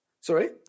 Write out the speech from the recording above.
Sorry